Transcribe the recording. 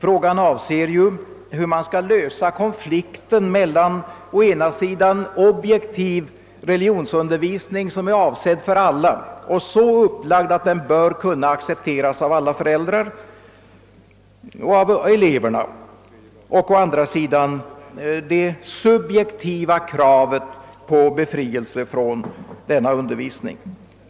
Frågan avser hur man skall lösa konflikten mellan å ena sidan objektiv religionsundervisning, som är avsedd för alla och så upplagd att den bör kunna accepteras av alla föräldrar och av eleverna, samt å andra sidan det subjektiva kravet på befrielse från denna undervisning.